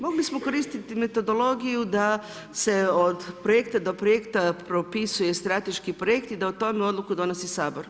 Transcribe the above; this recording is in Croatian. Mogli smo koristiti metodologiju da se od projekta do projekta propisuje strateški projekt i da o tome odluku donosi Sabor.